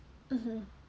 mmhmm